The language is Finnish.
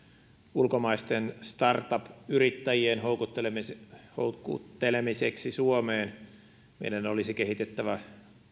ulkomaisten startup yrittäjien houkuttelemiseksi houkuttelemiseksi suomeen meidän olisi kehitettävä